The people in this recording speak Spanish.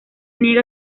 niega